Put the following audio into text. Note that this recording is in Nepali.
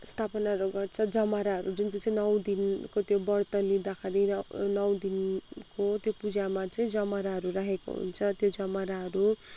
स्थापनाहरू गर्छ जमराहरू जुन चाहिँ चाहिँ नौ दिनको त्यो व्रत लिँदाखेरि नौ दिनको त्यो पूजामा चाहिँ जमराहरू राखेको हुन्छ त्यो जमराहरू